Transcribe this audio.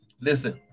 Listen